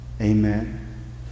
Amen